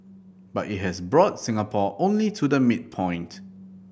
but it has brought Singapore only to the midpoint